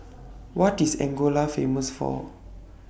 What IS Angola Famous For